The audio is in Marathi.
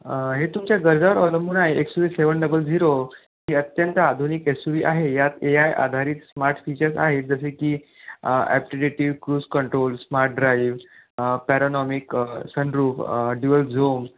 हे तुमच्या गरजावर अवलंबून आहे एक्सूवी सेवन डबल झिरो ही अत्यंत आधुनिक एस उ वी आहे यात ए आय आधारित स्मार्ट फीचर्स आहेत जसे की adaptive cruise control smart drive panoramic sunroof dual zone